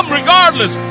regardless